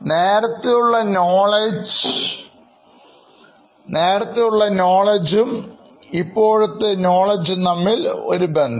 നേരത്തെയുള്ള നോളജ്ജും ഇപ്പോഴത്തെ നോളജ്ജും തമ്മിൽ ഒരു ബന്ധം